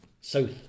south